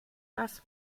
das